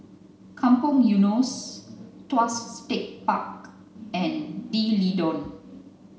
Kampong Eunos Tuas Tech Park and D'Leedon